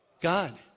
God